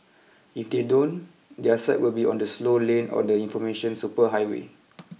if they don't their site will be on the slow lane on the information superhighway